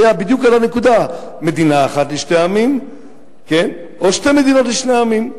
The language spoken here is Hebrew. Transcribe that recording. היה בדיוק על הנקודה: מדינה אחת לשני עמים או שתי מדינות לשני עמים.